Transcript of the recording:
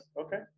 Okay